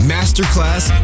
Masterclass